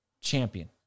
champion